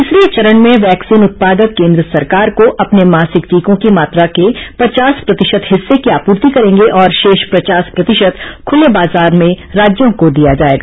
तीसरे चरण में वैक्सीन उत्पादक केन्द्र सरकार को अपने मासिक टीकों की मात्रा के पचास प्रतिशत हिस्से की आपूर्ति करेंगे और शेष पचास प्रतिशत खुले बाजार में राज्यों को दिया जा सकेगा